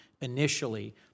initially